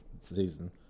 season